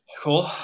Cool